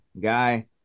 guy